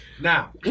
Now